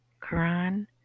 Quran